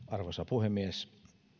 arvoisa puhemies myös